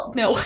no